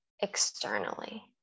externally